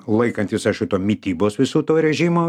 laikantis aišku to mitybos viso to režimo